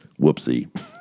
Whoopsie